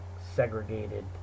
segregated